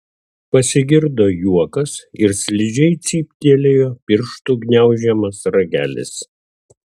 pasigirdo juokas ir slidžiai cyptelėjo pirštų gniaužiamas ragelis